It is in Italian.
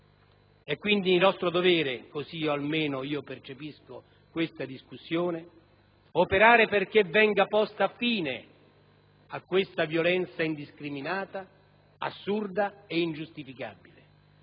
È, quindi, nostro dovere - così almeno io percepisco questa discussione - operare perché venga posta fine a questa violenza indiscriminata, assurda e ingiustificabile.